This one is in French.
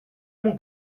mon